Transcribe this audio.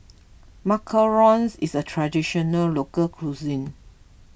Macarons is a Traditional Local Cuisine